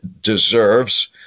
deserves